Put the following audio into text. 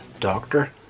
doctor